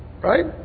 Right